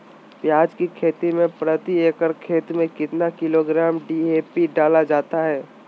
प्याज की खेती में प्रति एकड़ खेत में कितना किलोग्राम डी.ए.पी डाला जाता है?